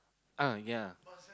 ah yeah